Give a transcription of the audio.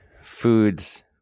foods